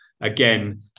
again